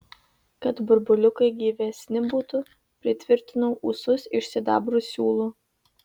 kad burbuliukai gyvesni būtų pritvirtinau ūsus iš sidabro siūlų